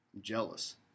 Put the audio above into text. Jealous